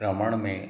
भ्रमण में